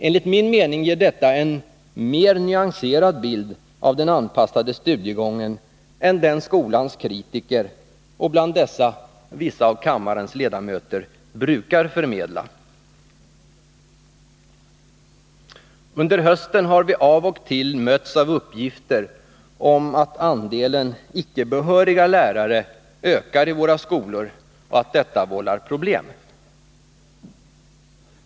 Enligt min mening ger detta en mer nyanserad bild av den anpassade studiegången än den som skolans kritiker — bland dessa vissa av kammarens ledamöter — brukar förmedla. Under hösten har vi av och till mötts av uppgifter om att andelen icke behöriga lärare ökar i våra skolor och att detta vållar problem.